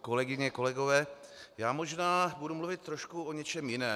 Kolegyně, kolegové, já možná budu mluvit trošku o něčem jiném.